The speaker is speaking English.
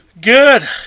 Good